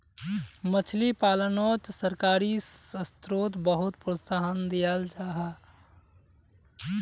मछली पालानोत सरकारी स्त्रोत बहुत प्रोत्साहन दियाल जाहा